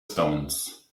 stones